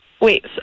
Wait